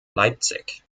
leipzig